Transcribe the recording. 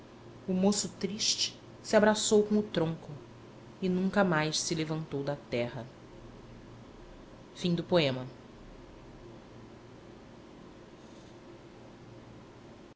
o moço triste se abraçou com o tronco e nunca mais se levantou da terra no